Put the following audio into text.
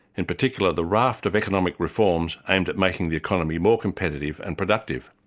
in particular the raft of economic reforms, aimed at making the economy more competitive and productive.